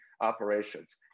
operations